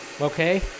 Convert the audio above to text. Okay